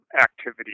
activity